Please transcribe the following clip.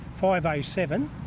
507